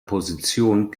position